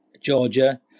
Georgia